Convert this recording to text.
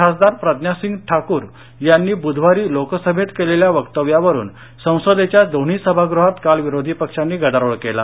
खासदार प्रज्ञा सिंग ठाकूर यांनी बुधवारी लोकसभेत केलेल्या वक्तव्यावरून संसदेच्या दोन्ही सभागृहात काल विरोधी पक्षांनी गदारोळ केला